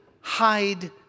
hide